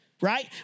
right